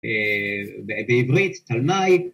בעברית תלמי